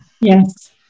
Yes